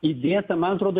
įdėta man atrodo